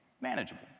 manageable